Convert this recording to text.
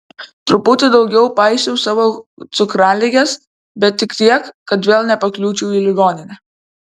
truputį daugiau paisiau savo cukraligės bet tik tiek kad vėl nepakliūčiau į ligoninę